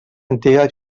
antiga